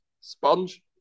sponge